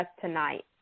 tonight